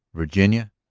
virginia,